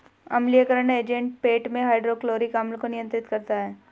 अम्लीयकरण एजेंट पेट में हाइड्रोक्लोरिक अम्ल को नियंत्रित करता है